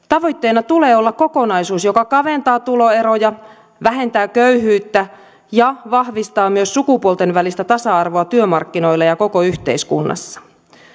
tavoitteena tulee olla kokonaisuus joka kaventaa tuloeroja vähentää köyhyyttä ja vahvistaa myös sukupuolten välistä tasa arvoa työmarkkinoilla ja koko yhteiskunnassa